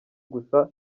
gusa